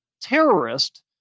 terrorist